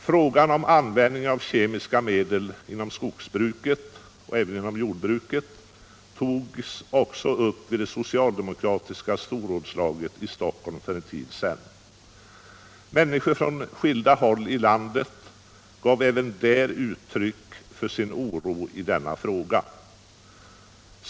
Frågan om användningen av kemiska medel inom skogsbruket och även inom jordbruket togs upp vid det socialdemokratiska storrådslaget i Stockholm för en tid sedan. Människor från skilda håll i landet gav även där uttryck för sin oro i denna fråga.